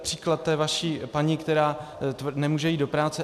Příklad té vaší paní, která nemůže jít do práce.